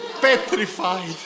petrified